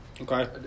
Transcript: Okay